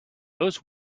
those